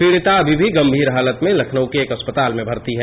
पीड़िता अभी भी गंगीर हालत में लखनऊ के एक अस्पताल में भर्ती है